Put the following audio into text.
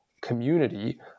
community